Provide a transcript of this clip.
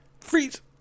freeze